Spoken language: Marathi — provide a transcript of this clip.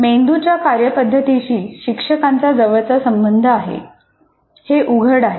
मेंदूच्या कार्यपद्धतीशी शिक्षकांचा जवळचा संबंध आहे हे उघड आहे